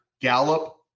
Gallup